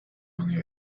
only